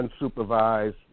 unsupervised